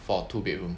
for two bedroom